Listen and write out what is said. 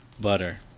butter